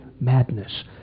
madness